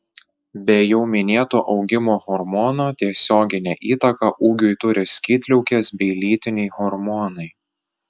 be jau minėto augimo hormono tiesioginę įtaką ūgiui turi skydliaukės bei lytiniai hormonai